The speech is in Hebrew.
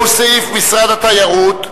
שהוא סעיף משרד התיירות,